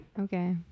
Okay